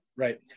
Right